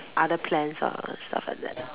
other plans ah stuff like that mm